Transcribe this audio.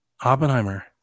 Oppenheimer